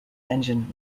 engine